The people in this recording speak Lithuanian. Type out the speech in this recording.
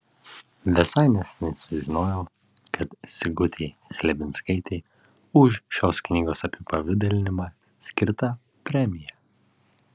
visai neseniai sužinojau kad sigutei chlebinskaitei už šios knygos apipavidalinimą skirta premija